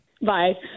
Bye